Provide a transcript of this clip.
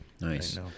Nice